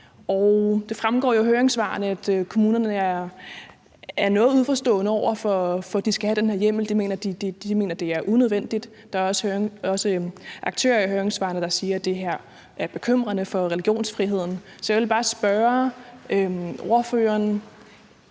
Det fremgår af høringssvarene, at kommunerne er noget uforstående over for, at de skal have den her hjemmel. De mener, at det er unødvendigt. Der er også aktører i høringssvarene, der siger, at det her er bekymrende for religionsfriheden. Så jeg vil bare spørge ordføreren,